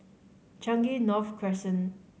Changi North Crescent